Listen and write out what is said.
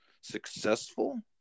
successful